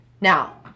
Now